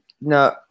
No